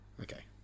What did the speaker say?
Okay